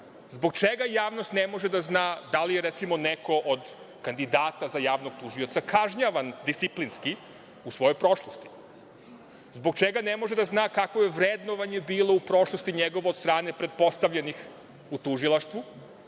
Zbog čega javnost ne može da zna, da li je recimo neko od kandidata za javnog tužioca kažnjavan disciplinski u svojoj prošlosti. Zbog čega ne može da zna kakvo je vrednovanje bilo u prošlosti od strane pretpostavljenih u tužilaštvu,